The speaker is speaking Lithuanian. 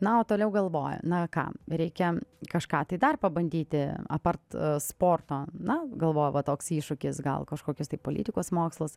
na o toliau galvoju na ką reikia kažką tai dar pabandyti apart sporto na galvoju va toks iššūkis gal kažkokius tai politikos mokslus